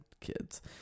kids